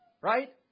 right